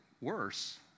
Worse